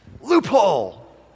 loophole